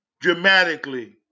dramatically